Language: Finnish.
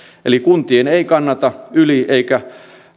kuntien ei kannata yli eikä